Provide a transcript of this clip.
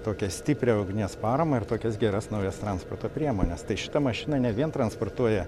tokią stiprią ugnies paramą ir tokias geras naujas transporto priemones tai šita mašina ne vien transportuoja